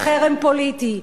לחרם פוליטי.